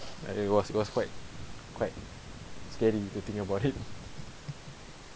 and it was it was quite quite scary to think about it